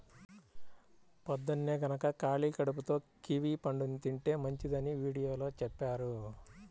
పొద్దన్నే గనక ఖాళీ కడుపుతో కివీ పండుని తింటే మంచిదని వీడియోలో చెప్పారు